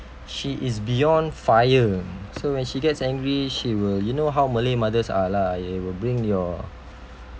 she is beyond fire so when she gets angry she will you know how malay mothers are lah they will bring your